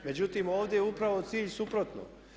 Međutim, ovdje je upravo cilj suprotno.